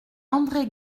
andré